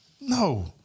no